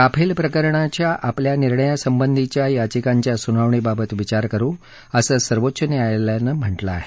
Rafale प्रकरणाच्या आपल्या निर्णया संबंधीच्या याचिकांच्या सुनावणीबाबत विचार करु असं सर्वोच्च न्यायालयानं म्हटलं आहे